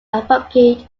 advocate